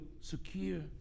secure